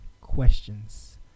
questions